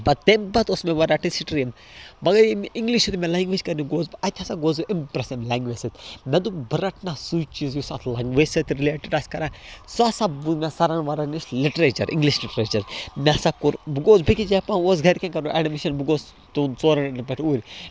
پَتہٕ تَمہِ پَتہٕ اوس مےٚ وۄنۍ رَٹٕنۍ سِٹریٖم مگر ییٚمۍ اِنٛگلِش مےٚ لنٛگیج کَرنہِ گوس بہٕ اَتہِ ہَسا گوس بہٕ اِمپرٛٮ۪س اَمہِ لنٛگویج سۭتۍ مےٚ دوٚپ بہٕ رَٹٕنا سُے چیٖز یُس اتھ لنٛگوجہِ سۭتۍ رِلیٚٹِڈ آسہِ کَران سُہ ہَسا بوٗ مےٚ سرن وَرن نِش لِٹریٚچر اِنٛلِش لِٹریٚچر مےٚ ہسا کوٚر بہٕ گوس بیٚکِس جاے اوس گَرِ کٮ۪ن کَرُن اٮ۪ڈمِشن بہٕ گوس دوٚن ژورن پٮ۪ٹھ اوٗرۍ